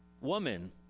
woman